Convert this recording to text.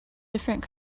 different